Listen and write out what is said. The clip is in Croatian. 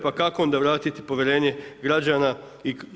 Pa kako onda vratiti povjerenje građana?